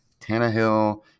Tannehill